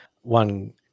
one